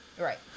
Right